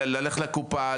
ללכת לקופה,